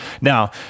Now